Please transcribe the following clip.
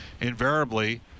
invariably